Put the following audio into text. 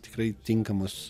tikrai tinkamos